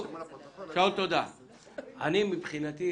מבחינתי,